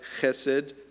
Chesed